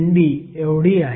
33 Nd आहे